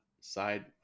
side